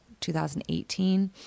2018